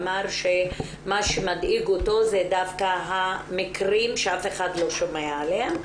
אמר שמה שמדאיג אותו זה דווקא המקרים שאף אחד לא שומע עליהם.